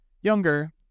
younger